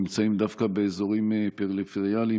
נמצאים דווקא באזורים פריפריאליים,